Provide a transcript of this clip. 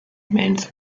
amends